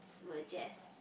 were just